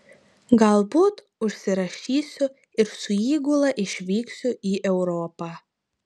galbūt užsirašysiu ir su įgula išvyksiu į europą